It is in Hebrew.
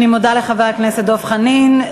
אני מודה לחבר הכנסת דב חנין.